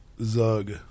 Zug